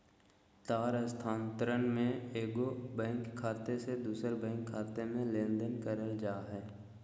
तार स्थानांतरण में एगो बैंक खाते से दूसर बैंक खाते में लेनदेन करल जा हइ